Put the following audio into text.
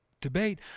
debate